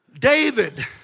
David